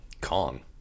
Kong